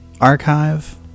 archive